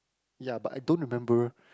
ya but I don't remember